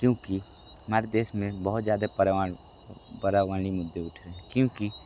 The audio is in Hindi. क्योंकि हमारे देश में बहुत ज़्यादा परवान पर्यावरणीय मुद्दे उठ रहे हैं क्योंकि